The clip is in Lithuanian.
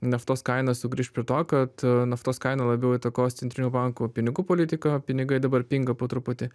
naftos kaina sugrįš prie to kad naftos kainą labiau įtakos centrinių bankų pinigų politika pinigai dabar pinga po truputį